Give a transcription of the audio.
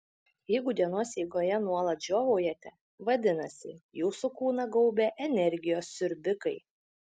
jeigu dienos eigoje nuolat žiovaujate vadinasi jūsų kūną gaubia energijos siurbikai